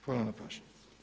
Hvala na pažnji.